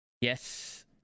yes